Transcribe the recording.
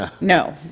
No